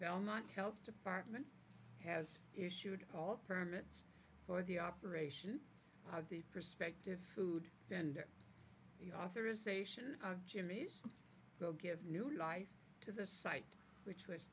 belmont health department has issued all permits for the operation of the prospective food vendor the authorization jimmie's go give new life to the site which was